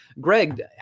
Greg